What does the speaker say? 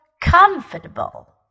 comfortable